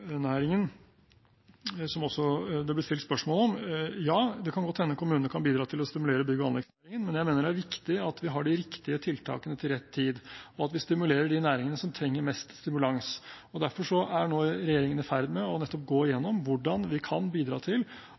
som det også ble stilt spørsmål om: Ja, det kan godt hende kommunene kan bidra til å stimulere bygg- og anleggsnæringen, men jeg mener det er viktig at vi har de riktige tiltakene til rett tid, og at vi stimulerer de næringene som trenger mest stimulans. Derfor er regjeringen nå i ferd med å gå gjennom hvordan vi kan bidra til